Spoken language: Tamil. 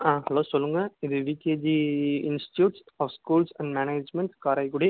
ஆ ஹலோ சொல்லுங்கள் இது VKG institute of schools and management Karaikudi